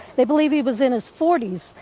they believe he was in his forty s.